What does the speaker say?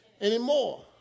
anymore